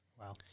Wow